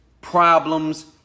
problems